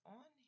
on